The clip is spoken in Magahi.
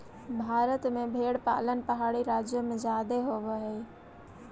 भारत में भेंड़ पालन पहाड़ी राज्यों में जादे होब हई